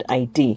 id